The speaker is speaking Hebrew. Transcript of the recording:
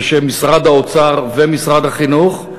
בשם משרד האוצר ומשרד החינוך,